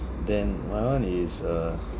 then my [one] is uh